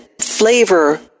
flavor